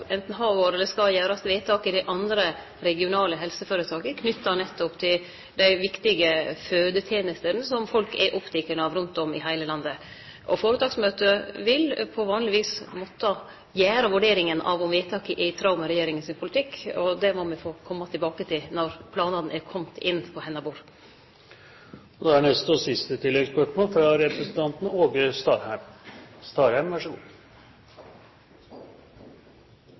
vore gjort, eller det skal gjerast, vedtak i dei andre regionale helseføretaka nettopp knytte til dei viktige fødetenestene som folk er opptekne av rundt om i heile landet. Føretaksmøtet vil på vanleg vis måtte gjere vurderinga av om vedtaket er i tråd med regjeringa sin politikk, og det må me få komme tilbake til når planane er komne inn på statsråden sitt bord. Åge Starheim – til siste